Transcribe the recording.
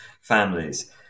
families